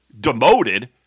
demoted